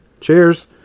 cheers